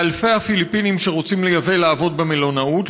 לאלפי הפיליפינים שרוצים לייבא לעבוד במלונאות,